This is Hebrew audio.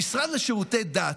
המשרד לשירותי דת,